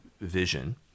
vision